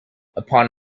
upon